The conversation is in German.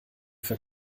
für